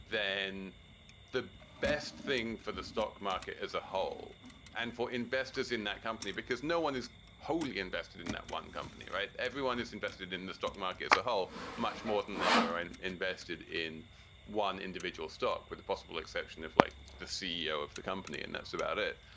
then the best thing for the stock market as a whole and for investors in that company, because no one is wholly invested in in that one company. right. everyone is invested in the stock market as a whole, much more than they are invested in one individual stock, with the possible exception of like the ceo of the company. and that's about it.